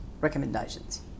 recommendations